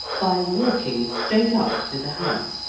by walking straight up to the house,